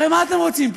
הרי מה אתם רוצים פה,